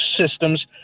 systems